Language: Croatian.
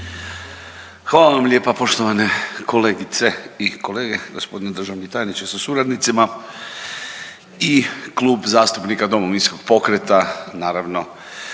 Hvala vam lijepa poštovane kolegice i kolege, gospodine državni tajniče sa suradnicima. I Klub zastupnika Domovinskog pokreta naravno